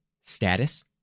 status